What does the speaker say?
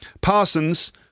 Parsons